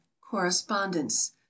Correspondence